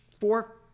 four